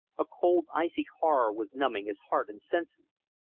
a cold icy horror was numbing his heart and senses.